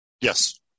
Yes